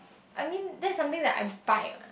I mean that's like something I bite